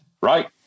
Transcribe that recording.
right